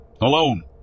alone